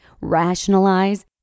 rationalize